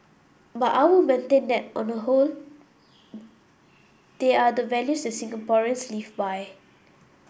but I would maintain that on the whole they are the values a Singaporeans live by